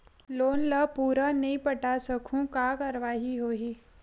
Loan ला पूरा नई पटा सकहुं का कारवाही होही?